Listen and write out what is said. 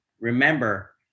remember